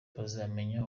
bazamenya